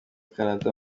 canada